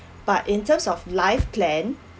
but in terms of life plan